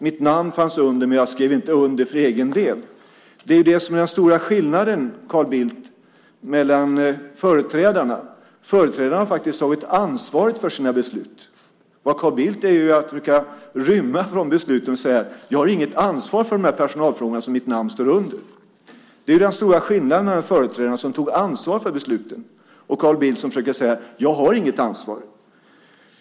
Mitt namn stod under men jag skrev inte under för egen del. Det är det som är den stora skillnaden, Carl Bildt, jämfört med företrädarna. Företrädarna har faktiskt tagit ansvaret för sina beslut. Det Carl Bildt gör är att försöka rymma från besluten och säga: Jag har inget ansvar för de personalfrågor som mitt namn står under. Det är den stora skillnaden mellan företrädarna, som tog ansvar för besluten, och Carl Bildt, som försöker säga: Jag har inget ansvar.